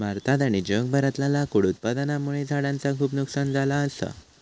भारतात आणि जगभरातला लाकूड उत्पादनामुळे झाडांचा खूप नुकसान झाला असा